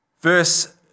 verse